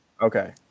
Okay